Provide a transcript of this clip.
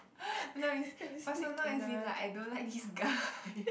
know is personal is like I don't like you guy